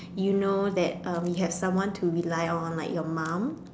you know that um you have someone too rely on like your mum